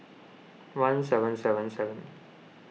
one seven seven seven